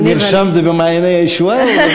נרשמת ב"מעייני הישועה"?